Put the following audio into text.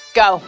go